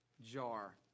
jar